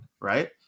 right